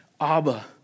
Abba